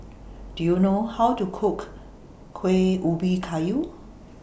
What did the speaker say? Do YOU know How to Cook Kueh Ubi Kayu